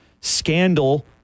scandal